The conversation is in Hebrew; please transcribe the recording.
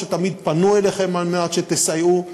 שתמיד פנו אליכם על מנת שתסייעו,